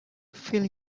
fill